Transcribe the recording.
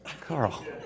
Carl